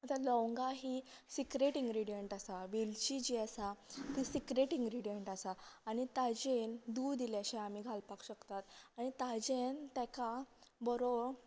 आता लवंगा ही सिक्रेटे इनग्रेडियंट आसा वेलची जी आसा ती सिक्रेट इनग्रीडियंट आसा आनी ताजेन दूद इल्लेंशे आमी घालपाक शकतात आनी ताजेन ताका बरो